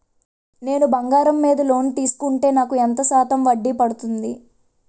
నేను బంగారం మీద లోన్ తీసుకుంటే నాకు ఎంత శాతం వడ్డీ పడుతుంది?